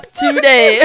today